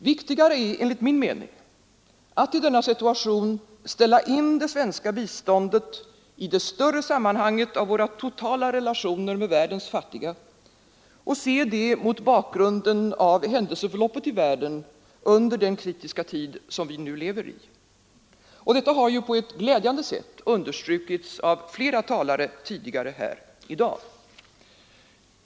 Viktigare är enligt min mening att i denna situation ställa in det svenska biståndet i det större sammanhanget av våra totala relationer med världens fattiga och se det mot bakgrunden av händelseförloppet i världen under den kritiska tid som vi nu lever i, och detta har ju på ett glädjande sätt understrukits av flera talare tidigare här i dag.